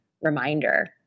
reminder